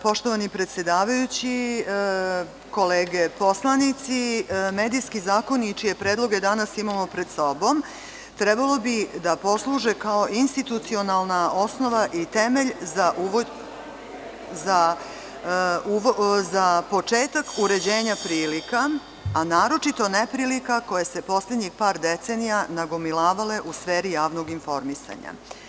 Poštovani predsedavajući, kolege poslanici, medijski zakoni čije predloge danas imamo pred sobom trebalo bi da posluže kao institucionalna osnova i temelj za početak uređenja prilika, a naročito neprilika koje se poslednjih par decenija nagomilavale u sferi javnog informisanja.